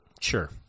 Sure